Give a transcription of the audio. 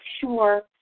sure